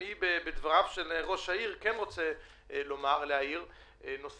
אני רוצה להעיר לדבריו של ראש העיר בעניין העסקים.